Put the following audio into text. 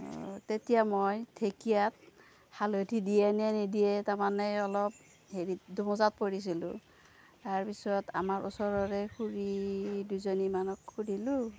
তেতিয়া মই ঢেকীয়াত হালধি দিয়ে নে নিদিয়ে তাৰমানে অলপ হেৰি দুমোজাত পৰিছিলোঁ তাৰ পিছত আমাৰ ওচৰৰে খুুৰী দুজনীমানক সুধিলোঁ